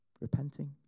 Repenting